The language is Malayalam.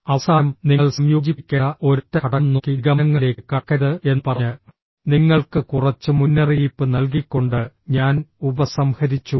അവസാനം നിങ്ങൾ സംയോജിപ്പിക്കേണ്ട ഒരൊറ്റ ഘടകം നോക്കി നിഗമനങ്ങളിലേക്ക് കടക്കരുത് എന്ന് പറഞ്ഞ് നിങ്ങൾക്ക് കുറച്ച് മുന്നറിയിപ്പ് നൽകിക്കൊണ്ട് ഞാൻ ഉപസംഹരിച്ചു